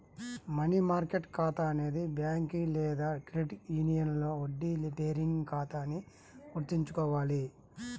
money market ఖాతా అనేది bank లేదా క్రెడిట్ యూనియన్లో వడ్డీ బేరింగ్ ఖాతా అని గుర్తుంచుకోవాలి